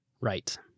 Right